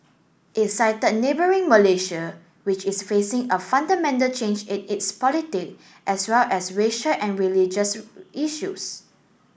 he cited neighbouring Malaysia which is facing a fundamental change in its politic as well as racial and religious issues